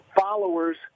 followers